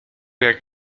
jak